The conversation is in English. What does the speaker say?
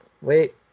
wait